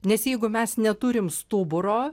nes jeigu mes neturim stuburo